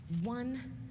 one